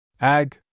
Ag